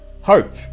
Hope